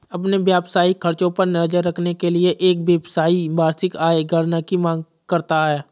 अपने व्यावसायिक खर्चों पर नज़र रखने के लिए, एक व्यवसायी वार्षिक आय गणना की मांग करता है